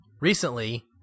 Recently